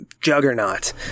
juggernaut